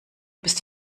bist